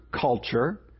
culture